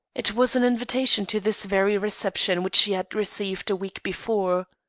it was an invitation to this very reception which she had received a week before.